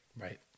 Right